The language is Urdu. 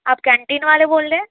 آپ کینٹین والے بول رہے ہیں